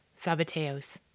Sabateos